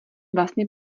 vlastně